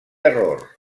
error